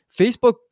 Facebook